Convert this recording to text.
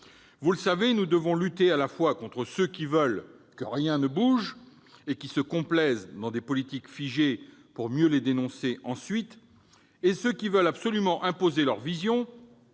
Vous le savez, nous devons lutter à la fois contre ceux qui veulent que rien ne bouge et qui se complaisent dans des politiques figées, pour mieux les dénoncer ensuite, et ceux qui veulent absolument imposer leurs visions